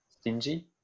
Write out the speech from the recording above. stingy